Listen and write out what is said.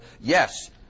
yes